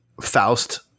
Faust